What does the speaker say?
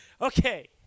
Okay